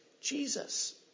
Jesus